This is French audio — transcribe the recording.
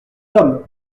hommes